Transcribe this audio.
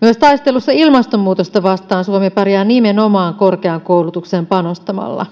myös taistelussa ilmastonmuutosta vastaan suomi pärjää nimenomaan korkeaan koulutukseen panostamalla